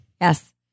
Yes